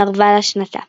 אם ערבה לה שנתה.